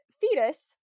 fetus